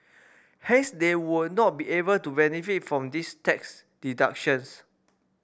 hence they would not be able to benefit from these tax deductions